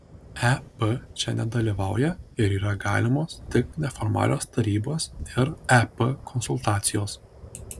ep čia nedalyvauja ir yra galimos tik neformalios tarybos ir ep konsultacijos